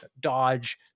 dodge